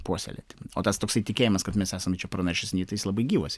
puoselėti o tas toksai tikėjimas kad mes esam pranašesni tai jis labai gyvas